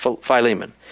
Philemon